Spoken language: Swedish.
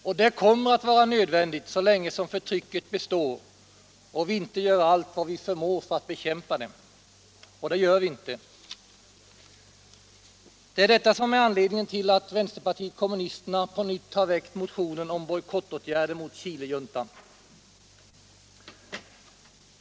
Och det kommer att vara nödvändigt så länge som förtrycket består och vi inte gör allt vad vi förmår för att bekämpa det. Och det gör vi inte! Det är detta som är anledningen till att vpk på nytt har väckt motionen om bojkottåtgärder mot Chilejuntan.